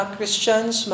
Christians